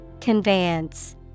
Conveyance